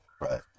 Right